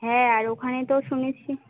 হ্যাঁ আর ওখানে তো শুনেছি